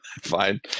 Fine